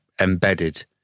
embedded